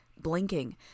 blinking